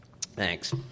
Thanks